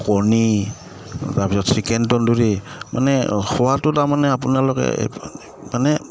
কণী তাৰপিছত চিকেন তন্দুৰী মানে খোৱাটো তাৰমানে আপোনালোকে মানে